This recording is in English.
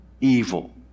evil